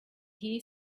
here